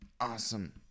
awesome